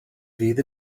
fydd